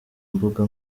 imbuga